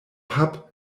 pub